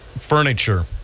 furniture